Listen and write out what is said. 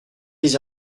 les